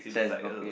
chair is blocking it